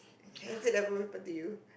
has it ever referred to you